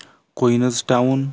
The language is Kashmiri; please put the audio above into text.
کُینٕزٹاوُن